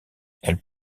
elles